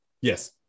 Yes